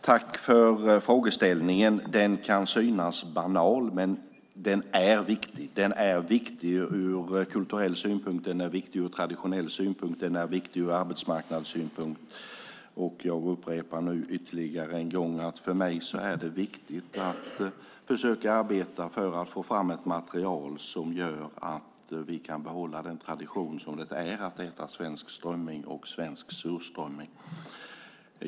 Herr talman! Tack för frågan! Den kan synas banal, men den är viktig. Den är viktig ur kulturell och traditionell synpunkt samt arbetsmarknadssynpunkt. Jag upprepar ytterligare en gång att det för mig är viktigt att försöka arbeta för att få fram ett material som gör att vi kan behålla den tradition det är att äta svensk strömming och svensk surströmming.